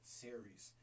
series